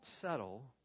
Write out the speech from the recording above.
settle